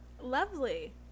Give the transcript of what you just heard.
Lovely